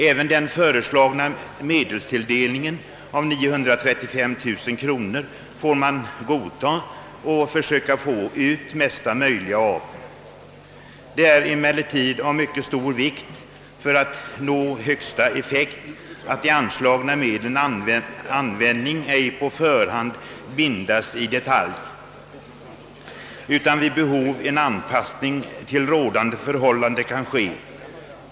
Även om den föreslagna medelstilldelningen är 935 000 kronor, får man godta den och försöka få ut det mesta möjliga av den. Det är emellertid av mycket stor vikt för att man skall kunna få ut högsta möjliga effekt, att de anslagna medlens användning ej på förhand bindes i detalj utan får bero av en anpassning till rådande förhållanden.